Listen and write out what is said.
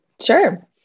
Sure